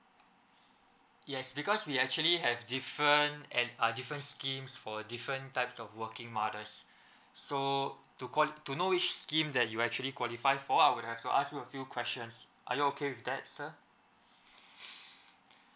yes because we actually have different and different schemes for a different types of working mothers so to qual~ to know which scheme that you actually qualify for I would have to ask you a few questions are you okay with that sir